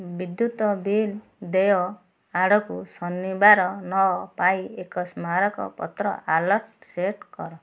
ବିଦ୍ୟୁତ୍ ବିଲ୍ ଦେୟ ଆଡକୁ ଶନିବାର ନଅ ପାଇଁ ଏକ ସ୍ମାରକପତ୍ର ଆଲର୍ଟ ସେଟ୍ କର